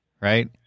Right